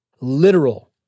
Literal